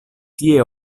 tie